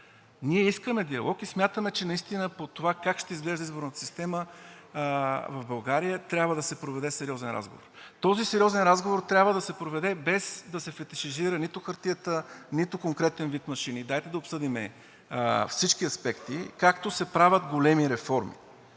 Ние искаме диалог и смятаме, че наистина по това как ще изглежда изборната система в България трябва да се проведе сериозен разговор. Този сериозен разговор трябва да се проведе, без да се фетишизира нито хартията, нито конкретен вид машини. Дайте да обсъдим всички аспекти, както се правят големи реформи